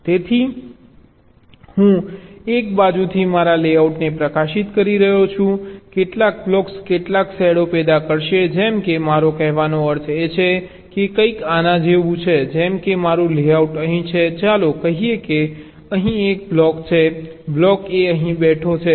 તેથી હું એક બાજુથી મારા લેઆઉટને પ્રકાશિત કરી રહ્યો છું કેટલાક બ્લોક્સ કેટલાક શેડો પેદા કરશે જેમ કે મારો કહેવાનો અર્થ એ છે કે કંઈક આના જેવું છે જેમ કે મારું લેઆઉટ અહીં છે ચાલો કહીએ કે અહીં એક બ્લોક છે બ્લોક A અહીં બેઠો છે